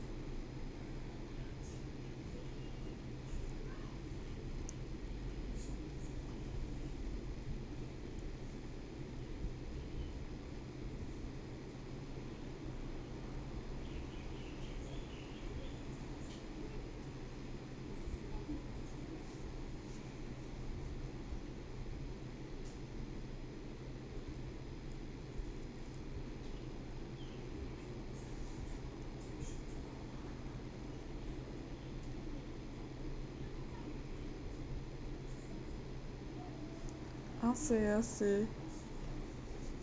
i see i see